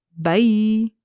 Bye